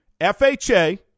FHA